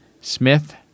smith